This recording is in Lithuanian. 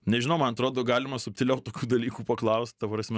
nežinau man atrodo galima subtiliau tokių dalykų paklaust ta prasme